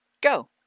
go